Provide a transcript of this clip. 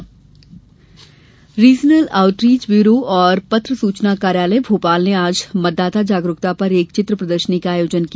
चित्र प्रदर्शनी regional outreach bureau और पत्र सूचना कार्यालय भोपाल ने आज मतदाता जागरुकता पर एक चित्र प्रदर्शनी का आयोजन किया